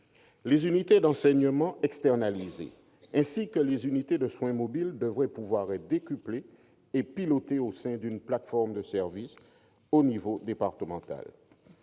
Les unités d'enseignement externalisées et les unités de soins mobiles devraient pouvoir être décuplées et pilotées au sein d'une plateforme de services à l'échelon départemental.